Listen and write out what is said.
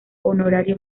honorario